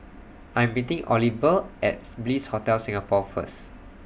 I'm meeting Oliver as Bliss Hotel Singapore First